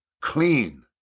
clean